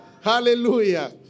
Hallelujah